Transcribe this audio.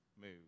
move